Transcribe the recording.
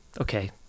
okay